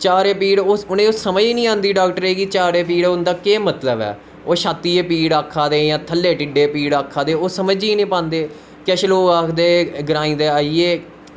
चारे पीड़ उनेंगी समझ गै नी आंदी डोक्टरें गी चारे पीड़ उंदा केह् मतलव ऐ ओह् शातियै पीड़ आक्खा दे जां थल्ले ढीडे पीड़ आक्खा दे ओह् समझी गै नी पांदे किश लोग आखदे ग्राएं दे आईयै